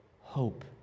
hope